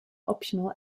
optional